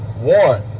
one